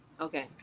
Okay